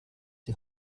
die